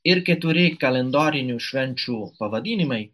ir keturi kalendorinių švenčių pavadinimai